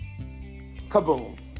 Kaboom